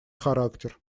характер